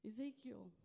Ezekiel